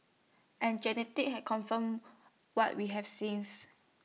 and genetic have confirm what we have since